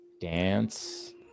dance